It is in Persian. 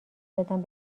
دادن